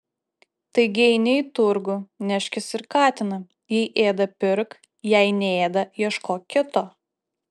taigi eini į turgų neškis ir katiną jei ėda pirk jei neėda ieškok kito